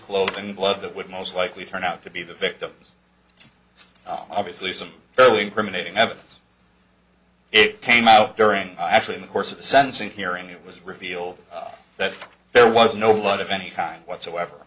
clothing blood that would most likely turn out to be the victim's obviously some fairly incriminating evidence it came out during actually in the course of the sentencing hearing it was revealed that there was no blood of any kind whatsoever